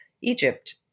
Egypt